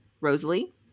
Rosalie